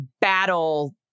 battle